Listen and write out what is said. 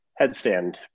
headstand